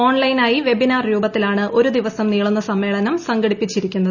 online ആയി webinar രൂപത്തിലാണ് ഒരു ദിവസം നീളുന്ന സമ്മേളനം സംഘടിപ്പിച്ചിരിക്കുന്നത്